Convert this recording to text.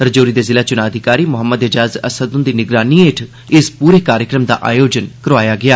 रजौरी दे जिला चुना अधिकारी मोहम्मद ऐजाज असद हुंदी निगरानी हेठ इस पूरे कार्यक्रम दा आयोजन करोआया गेआ